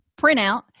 printout